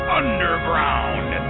underground